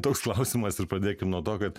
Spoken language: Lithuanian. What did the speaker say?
toks klausimas ir pradėkim nuo to kad